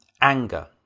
anger